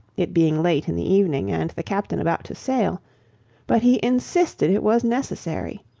it being late in the evening, and the captain about to sail but he insisted it was necessary,